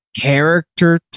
character